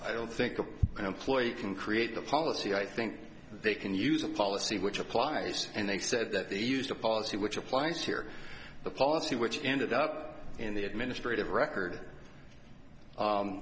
i don't think a employee can create the policy i think they can use a policy which applies and they said that they used a policy which applies here the policy which ended up in the administrative record